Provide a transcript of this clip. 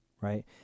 right